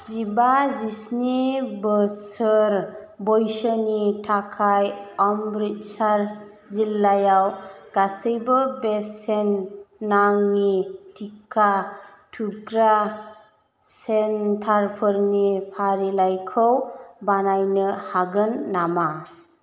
जिबा जिस्नि बोसोर बैसोनि थाखाय अमृत्सर जिल्लायाव गासैबो बेसेन नाङि टिका थुग्रा सेन्टारफोरनि फारिलाइखौ बानायनो हागोन नामा